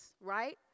right